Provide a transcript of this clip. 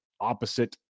opposite